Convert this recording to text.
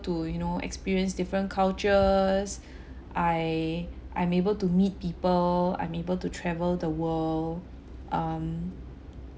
to you know experience different cultures I I'm able to meet people I'm able to travel the world um